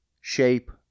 shape